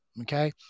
Okay